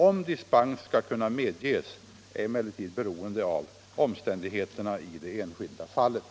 Om dispens skall kunna medges är emellertid beroende av omständigheterna i det enskilda fallet.